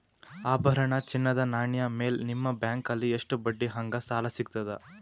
ಆಭರಣ, ಚಿನ್ನದ ನಾಣ್ಯ ಮೇಲ್ ನಿಮ್ಮ ಬ್ಯಾಂಕಲ್ಲಿ ಎಷ್ಟ ಬಡ್ಡಿ ಹಂಗ ಸಾಲ ಸಿಗತದ?